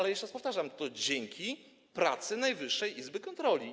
Jeszcze raz powtarzam, to dzięki pracy Najwyższej Izby Kontroli.